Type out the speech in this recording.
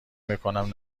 میکنم